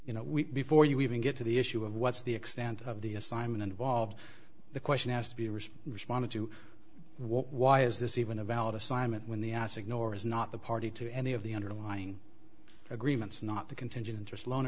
you know we before you even get to the issue of what's the extent of the assignment involved the question has to be recent responded to why is this even a valid assignment when the ass ignore is not the party to any of the underlying agreements not the contingent interest loan